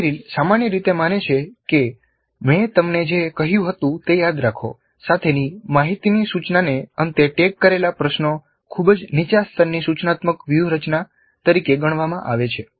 Merrill સામાન્ય રીતે માને છે કે મેં તમને જે કહ્યું હતું તે યાદ રાખો સાથેની માહિતીની સૂચનાને અંતે ટેગ કરેલા પ્રશ્નો ખૂબ જ નીચા સ્તરની સૂચનાત્મક વ્યૂહરચના તરીકે ગણવામાં આવે છે